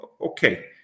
okay